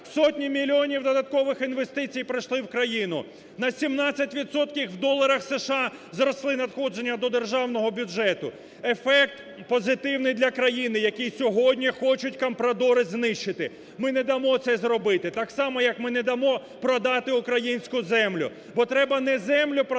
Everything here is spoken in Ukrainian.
сотні мільйонів додаткових інвестицій прийшли в країну, на 17 відсотків в доларах США зросли надходження до державного бюджету. Ефект позитивний для країни, який сьогодні хочуть компрадори знищити. Ми не дамо це зробити так само як ми не дамо продати українську землю, бо треба не землю продавати,